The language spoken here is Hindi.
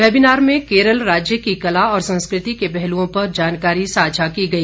वेबीनार में केरल राज्य की कला और संस्कृति के पहलुओं पर जानकारी साझा की गई